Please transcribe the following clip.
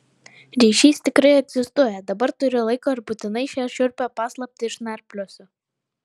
ryšys tikrai egzistuoja dabar turiu laiko ir būtinai šią šiurpią paslaptį išnarpliosiu